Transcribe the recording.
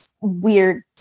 weird